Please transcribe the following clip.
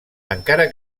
encara